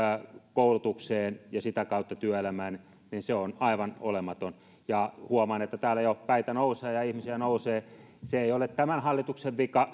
koulutukseen ja sitä kautta työelämään on aivan olematon ja huomaan että täällä jo päitä nousee ja ja ihmisiä nousee se ei ole tämän hallituksen vika